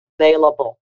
available